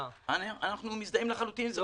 --- אנחנו מזדהים לחלוטין עם זה,